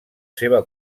seva